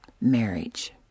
marriage